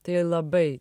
tai labai